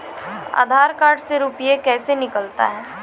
आधार कार्ड से रुपये कैसे निकलता हैं?